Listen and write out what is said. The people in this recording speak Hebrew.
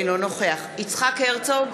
אינו נוכח יצחק הרצוג,